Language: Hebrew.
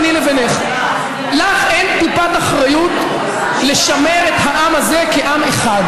ביני לבינך: לך אין טיפת אחריות לשמר את העם הזה כעם אחד,